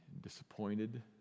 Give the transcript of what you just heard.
disappointed